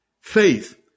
Faith